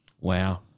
wow